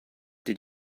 did